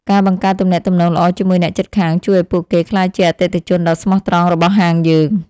ការបង្កើតទំនាក់ទំនងល្អជាមួយអ្នកជិតខាងជួយឱ្យពួកគេក្លាយជាអតិថិជនដ៏ស្មោះត្រង់របស់ហាងយើង។